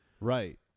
Right